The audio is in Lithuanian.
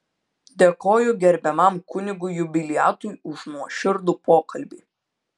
dėkoju gerbiamam kunigui jubiliatui už nuoširdų pokalbį